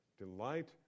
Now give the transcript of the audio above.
Delight